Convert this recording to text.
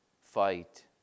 fight